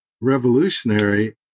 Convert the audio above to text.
revolutionary